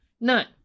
None